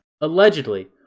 Allegedly